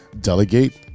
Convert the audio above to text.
delegate